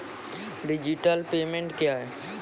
Digital payment क्या हैं?